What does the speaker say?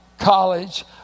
college